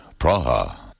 Praha